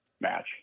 match